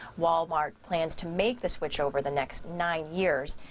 wal-mart plans to make the switch over the next nine years,